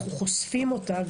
אנו חושפים אותה,